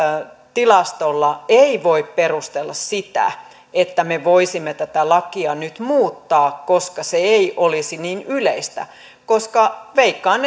tilastolla ei voi perustella sitä että me voisimme tätä lakia nyt muuttaa koska se ei olisi niin yleistä koska veikkaan